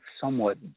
somewhat